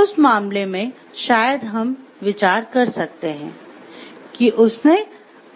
उस मामले में शायद हम विचार कर सकते हैं कि उसने